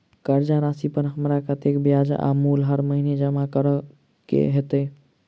कर्जा राशि पर हमरा कत्तेक ब्याज आ मूल हर महीने जमा करऽ कऽ हेतै?